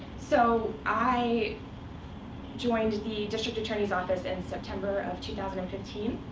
so i joined the district attorney's office in september of two thousand and thirteen.